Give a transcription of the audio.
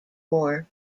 war